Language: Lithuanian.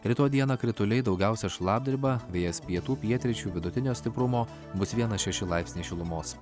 rytoj dieną krituliai daugiausiai šlapdriba vėjas pietų pietryčių vidutinio stiprumo bus vienas šeši laipsniai šilumos